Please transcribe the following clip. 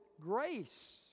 grace